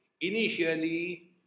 initially